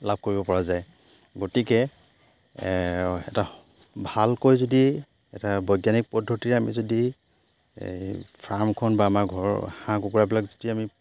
লাভ কৰিব পৰা যায় গতিকে এটা ভালকৈ যদি এটা বৈজ্ঞানিক পদ্ধতিৰে আমি যদি ফাৰ্মখন বা আমাৰ ঘৰৰ হাঁহ কুকুৰাবিলাক যদি আমি